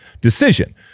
decision